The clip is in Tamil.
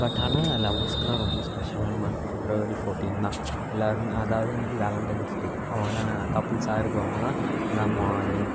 பட் ஆனால் லவ்வர்ஸ்க்குலாம் ரொம்ப ஸ்பெஷலான மந்த் ஃபிப்ரவரி ஃபோர்டின் தான் எல்லோருமே அதாவது அன்னைக்கு வேலண்ட்டைன்ஸ் டே அவங்கள்லாம் கப்புள்ஸாக இருக்குறவங்கள்லாம் எல்லாம் மாலு